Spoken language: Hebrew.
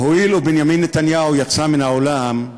הואיל ובנימין נתניהו יצא מן האולם,